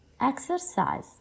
exercise